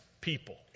people